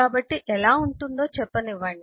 కాబట్టి ఎలా ఉంటుందో చెప్పనివ్వండి